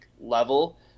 level